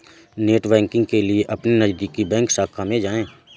net banking के लिए अपने नजदीकी बैंक शाखा में जाए